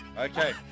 Okay